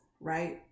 right